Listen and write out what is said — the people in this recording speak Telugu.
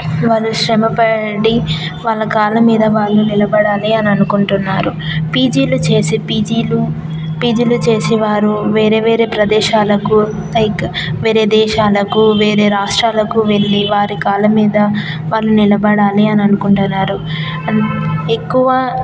వాళ్ళు శ్రమపడి వాళ్ళు కాళ్ళ మీద వాళ్ళు నిలబడాలి అని అనుకుంటున్నారు పీజీలు చేసి పేజీలు పీజీలు చేసి వారు వేరే వేరే ప్రదేశాలకు లైక్ వేరే దేశాలకు వేరే రాష్ట్రాలకు వెళ్ళి వారి కాళ్ళ మీద వాళ్ళు నిలబడాలి అని అనుకుంటున్నారు ఎక్కువ